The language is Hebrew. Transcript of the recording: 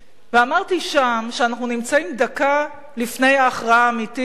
אמרתי שם שאנחנו נמצאים דקה לפני ההכרעה האמיתית,